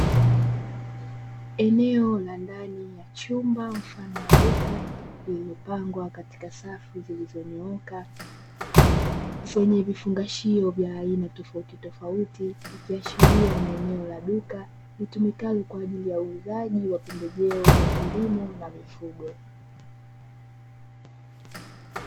Eneo la ndani ya chumba mfano wa duka lililopangwa katika safu zilizonyooka zenye vifungashio vya aina tofautitofauti, ikiashiria ni eneo la duka llitumikalo kwa uuzaji wa pembejeo za kilimo na mifugo.